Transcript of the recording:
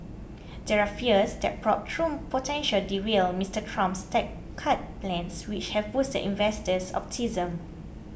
there are fears the probe potential derail Mister Trump's tax cut plans which have boosted investor optimism